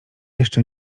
jeszcze